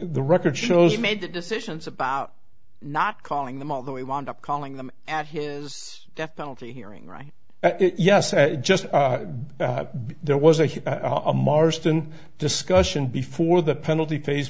the record shows made the decisions about not calling them all the way round up calling them at his death penalty hearing right yes just there was a huge a marston discussion before the penalty phase